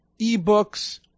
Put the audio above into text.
eBooks